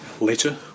Later